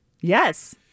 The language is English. Yes